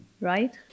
right